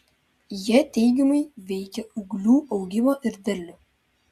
jie teigiamai veikia ūglių augimą ir derlių